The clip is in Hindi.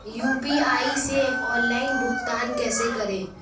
यू.पी.आई से ऑनलाइन भुगतान कैसे करें?